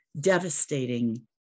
devastating